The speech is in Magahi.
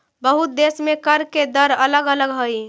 बहुते देश में कर के दर अलग अलग हई